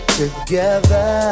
together